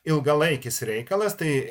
ilgalaikis reikalas tai